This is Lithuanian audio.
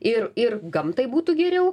ir ir gamtai būtų geriau